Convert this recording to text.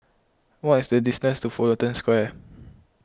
what is the distance to Fullerton Square